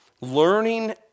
Learning